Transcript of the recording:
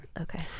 okay